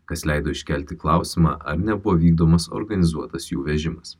kas leido iškelti klausimą ar nebuvo vykdomas organizuotas jų vežimas